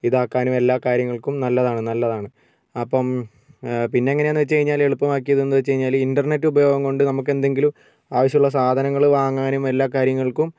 ഇതാക്കാനും എല്ലാ കാര്യങ്ങൾക്കും നല്ലതാണ് നല്ലതാണ് അപ്പം പിന്നെ എങ്ങനെയാണെന്ന് വെച്ചുകഴിഞ്ഞാൽ എളുപ്പമാക്കിയതെന്ന് വെച്ചുകഴിഞ്ഞാൽ ഇൻ്റർനെറ്റ് ഉപയോഗം കൊണ്ട് നമുക്ക് എന്തെങ്കിലും ആവശ്യമുള്ള സാധനങ്ങൾ വാങ്ങാനും എല്ലാ കാര്യങ്ങൾക്കും